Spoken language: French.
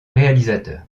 réalisateur